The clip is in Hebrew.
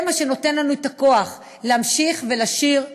זה מה שנותן לנו את הכוח להמשיך ולשיר,